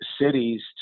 cities